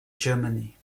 germany